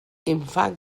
infant